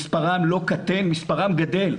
מספרם גדל.